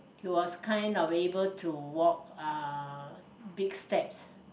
he was kind of able to walk uh big steps